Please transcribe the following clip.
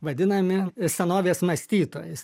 vadinami senovės mąstytojais